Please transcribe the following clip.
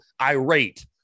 irate